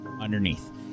underneath